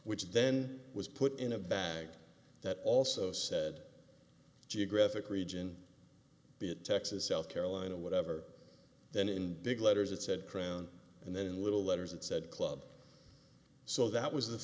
which then was put in a bag that also said geographic region be it texas south carolina whatever then in big letters it said crown and then in little letters it said club so that was the